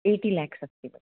eighty लेक्स् अस्ति वा